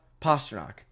Pasternak